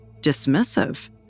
dismissive